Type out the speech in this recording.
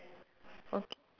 okay